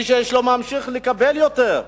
מי שיש לו, ממשיך לקבל יותר.